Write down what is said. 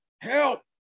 help